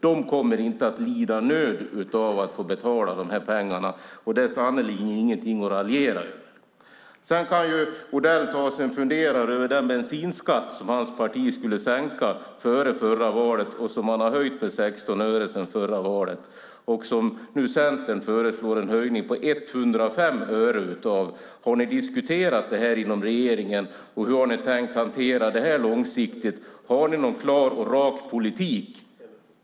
De kommer inte att lida nöd av att betala dessa pengar, och det är sannerligen inget att raljera över. Sedan kan Odell ta sig en funderare över bensinskatten, som hans parti före förra valet skulle sänka och som man har höjt med 16 öre sedan dess. Centern föreslår nu en höjning på 105 öre. Har ni diskuterat detta inom regeringen, och hur har ni tänkt hantera det långsiktigt? Har ni någon klar och rak politik?